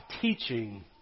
teaching